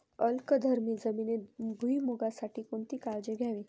अल्कधर्मी जमिनीत भुईमूगासाठी कोणती काळजी घ्यावी?